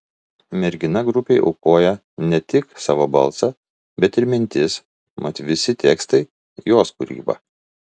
mergina grupei aukoja ne tik savo balsą bet ir mintis mat visi tekstai jos kūryba